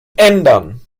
ändern